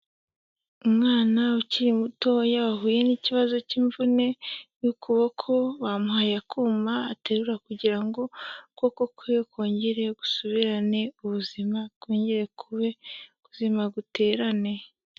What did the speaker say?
Umwana ukiri mutoya, wahuye n'ikibazo cy'imvune y'ukuboko, bamuhaye akuma aterura kugira ngo ukoboko kwe kongere gusubirane ubuzima, kongere kube kuzima guterane.